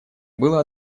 было